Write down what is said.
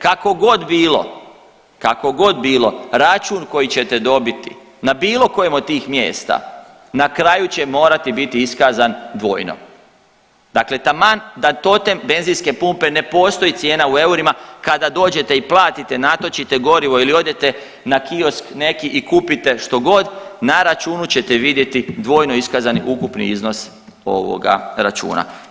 Kako god bilo, kako god bilo račun koji ćete dobiti na bilo kojem od tih mjesta na kraju će morati biti iskazan dvojno, dakle taman da totem benzinske pumpe ne postoji cijena u eurima kada dođete i platite i natočite gorivo ili odete na kiosk neki i kupite što god na računu ćete vidjeti dvojno iskazani ukupni iznos ovoga računa.